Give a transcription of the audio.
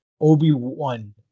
Obi-Wan